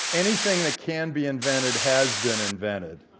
anything that can be invented has been invented.